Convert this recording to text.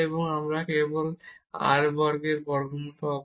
এবং এখানে আমরা কেবল r এর বর্গের বর্গমূল পাব